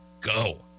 go